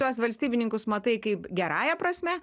tuos valstybininkus matai kaip gerąja prasme